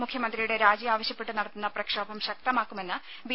മുഖ്യമന്ത്രിയുടെ രാജി ആവശ്യപ്പെട്ട് നടത്തുന്ന പ്രക്ഷോഭം ശക്തമാക്കുമെന്ന് ബി